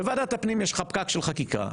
בוועדת הפנים יש לך פקק של חקיקה,